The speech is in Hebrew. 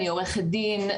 אני עורכת דין,